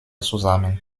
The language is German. zusammen